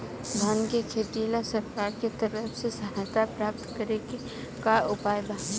धान के खेती ला सरकार के तरफ से सहायता प्राप्त करें के का उपाय बा?